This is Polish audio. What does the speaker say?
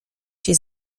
się